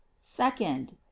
second